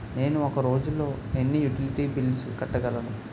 నేను ఒక రోజుల్లో ఎన్ని యుటిలిటీ బిల్లు కట్టగలను?